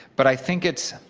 but i think it's